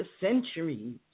centuries